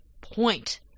point